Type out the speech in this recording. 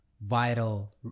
vital